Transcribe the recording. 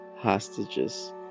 Hostages